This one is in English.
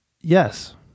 yes